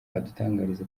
adutangariza